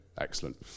Excellent